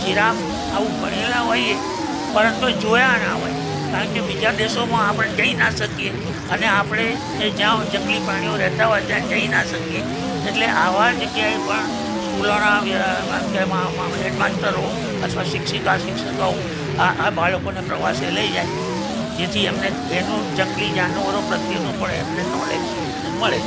giraffe આવું ભણેલા હોઈએ પરંતુ જોયા ના હોય કારણકે બીજા દેશોમાં આપણે જઈ ના શકીએ અને આપણે જ્યા જંગલી પ્રાણીઓ રહેતા હોય ત્યાં જઈ ના શકીએ એટલે આવા જગ્યાએ પણ સ્કૂલોનાં એમ કે હેડ માસ્તરો અથવા શિક્ષિકા શિક્ષકો આ બાળકોને પ્રવાસે લઈ જાય જેથી એમને જંગલી એનું જાનવરો પ્રત્યેનું પણ એમને નોલેજ મળે